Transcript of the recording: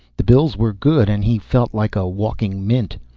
the bills were good and he felt like a walking mint.